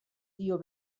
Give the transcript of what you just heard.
dio